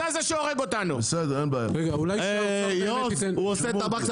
בסדר, גמרנו.